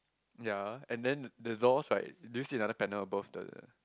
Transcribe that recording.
ya and then the the doors right do you see another panel above the